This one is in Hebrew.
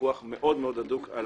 פיקוח מאוד-מאוד הדוק על